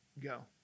go